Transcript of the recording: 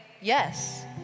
yes